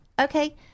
Okay